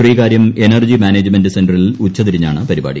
Sreekaryam energy management സെന്ററിൽ ഉച്ച തിരിഞ്ഞാണ് പരിപാടി